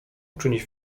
uczynić